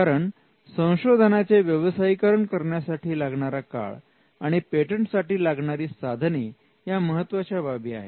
कारण संशोधनाचे व्यवसायीकरण करण्यासाठी लागणारा काळ आणि पेटंटसाठी लागणारी साधने या महत्त्वाच्या बाबी आहेत